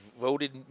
voted